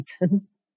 reasons